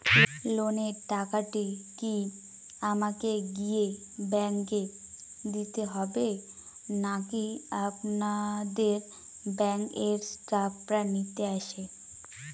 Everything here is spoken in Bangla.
লোনের টাকাটি কি আমাকে গিয়ে ব্যাংক এ দিতে হবে নাকি আপনাদের ব্যাংক এর স্টাফরা নিতে আসে?